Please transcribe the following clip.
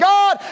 God